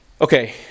Okay